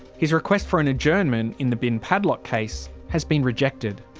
his request for an adjournment in the bin padlock case has been rejected.